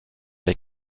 les